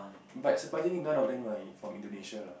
but surprisingly none of them are in from Indonesia lah